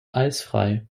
eisfrei